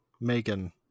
megan